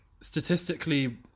statistically